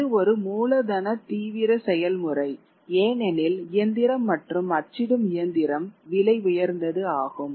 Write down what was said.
இது ஒரு மூலதன தீவிர செயல்முறை ஏனெனில் இயந்திரம் மற்றும் அச்சிடும் இயந்திரம் விலை உயர்ந்தது ஆகும்